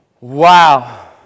Wow